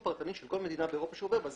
פרטני של כל מדינה באירופה שהוא עובר בה.